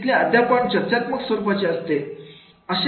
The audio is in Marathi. तिथले अध्यापन चर्चात्मक स्वरूपाचे असते